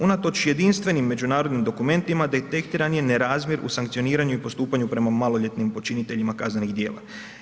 Unatoč jedinstvenim međunarodnim dokumentima detektiran je nerazmjer u sankcioniranju i postupanju prema maloljetnim počiniteljima kaznenih djela.